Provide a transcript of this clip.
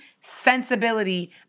sensibility